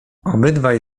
obydwaj